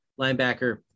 linebacker